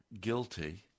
guilty